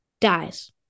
dies